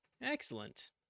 Excellent